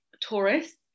tourists